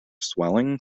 swelling